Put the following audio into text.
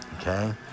okay